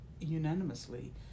unanimously